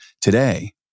today